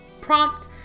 Prompt